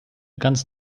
ganz